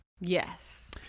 Yes